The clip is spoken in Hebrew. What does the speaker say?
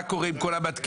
מה קורה עם כל המתקינים?